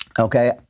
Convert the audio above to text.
Okay